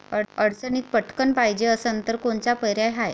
अडचणीत पटकण पायजे असन तर कोनचा पर्याय हाय?